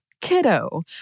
kiddo